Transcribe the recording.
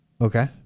Okay